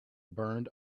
burned